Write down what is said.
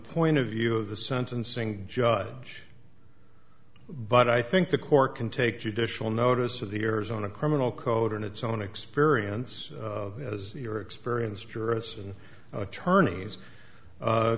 point of view of the sentencing judge but i think the court can take judicial notice of the arizona criminal code in its own experience as your experience jurists and attorneys